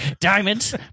Diamonds